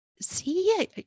see